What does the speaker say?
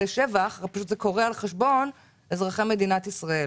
שבח שבא על חשבון אזרחי מדינת ישראל.